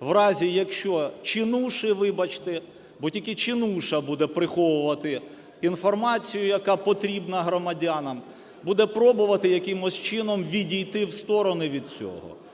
в разі, якщо чинуші, вибачте, бо тільки чинуша буде приховувати інформацію, яка потрібна громадянам, буде пробувати якимось чином відійти в сторони від цього.